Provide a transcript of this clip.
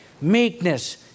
meekness